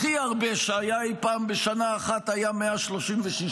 הכי הרבה שהיה אי-פעם בשנה אחת היה 136,